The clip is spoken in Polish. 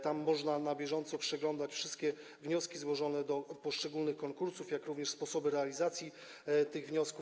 Tam można na bieżąco przeglądać wszystkie wnioski złożone w przypadku poszczególnych konkursów, jak również sposoby realizacji tych wniosków.